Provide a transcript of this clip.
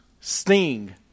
Sting